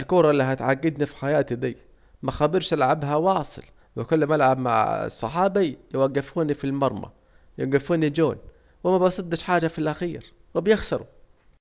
الكورة الي هتعجدي في حياتي ديه، مخبرش العبها واصل، وكل مالعب مع صحابي يوجفوني في المرمى بيوجفوني جون ومبصدش حاجة في الاخير وبيخسوا